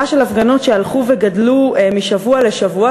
של הפגנות שהלכו וגדלו משבוע לשבוע.